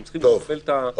הם צריכים לקבל את המנדט.